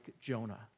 Jonah